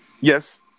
yes